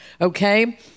okay